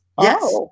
Yes